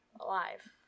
alive